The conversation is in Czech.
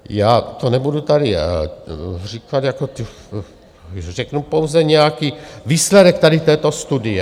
Já to nebudu tady říkat, jako řeknu pouze nějaký výsledek tady této studie.